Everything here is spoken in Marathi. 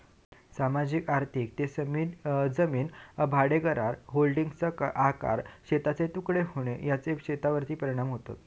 सामाजिक आर्थिक ते जमीन भाडेकरार, होल्डिंग्सचा आकार, शेतांचे तुकडे होणे याचा शेतीवर परिणाम होतो